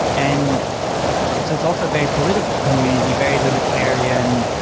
and so it's also very political community, very libertarian,